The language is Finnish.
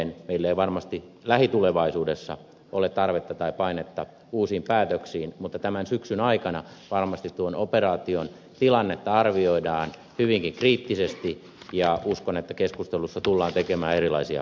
meillä ei varmasti lähitulevaisuudessa ole tarvetta tai painetta uusiin päätöksiin mutta tämän syksyn aikana varmasti tuon operaation tilannetta arvioidaan hyvinkin kriittisesti ja uskon että keskustelussa tullaan tekemään erilaisia ehdotuksia